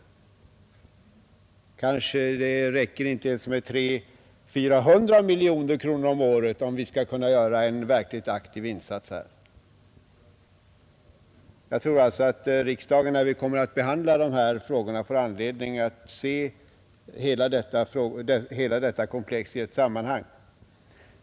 Det kanske inte ens räcker med 300 miljoner eller 400 miljoner kronor om året om vi skall kunna göra en verkligt aktiv insats här. Jag tror alltså att riksdagen, när vi skall behandla dessa frågor, får anledning att se hela detta komplex i ett sammanhang.